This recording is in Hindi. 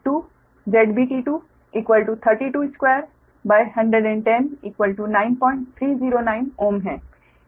तो ZBT1ZB2BT2322110 9309 Ω है